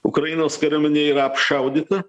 ukrainos kariuomenė yra apšaudyta